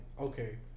Okay